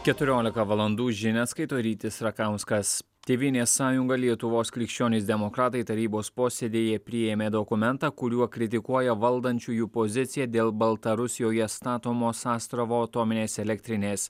keturiolika valandų žinias skaito rytis rakauskas tėvynės sąjunga lietuvos krikščionys demokratai tarybos posėdyje priėmė dokumentą kuriuo kritikuoja valdančiųjų poziciją dėl baltarusijoje statomos astravo atominės elektrinės